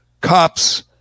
cops